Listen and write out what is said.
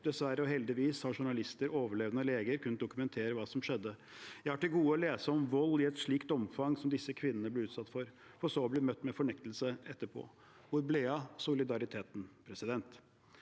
Dessverre, og heldigvis, har journalister, overlevende og leger kunnet dokumentere hva som skjedde. Jeg har til gode å lese om vold i et slikt omfang som disse kvinnene ble utsatt for – for så å bli møtt med fornektelse etterpå. Hvor er solidariteten?»